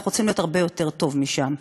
אנחנו רוצים להיות במקום הרבה יותר טוב משם,